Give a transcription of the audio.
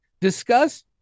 discuss